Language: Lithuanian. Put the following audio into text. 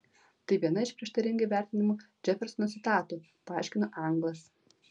tai viena iš prieštaringai vertinamų džefersono citatų paaiškino anglas